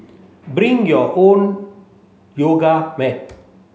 bring your own yoga mat